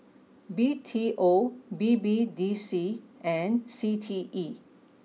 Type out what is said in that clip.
B T O B B D C and C T E